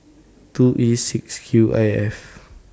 two E six Q I F